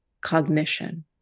cognition